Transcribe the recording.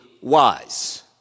wise